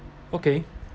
okay